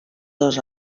dos